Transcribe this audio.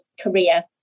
career